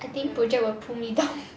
I think project will put me down